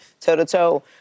toe-to-toe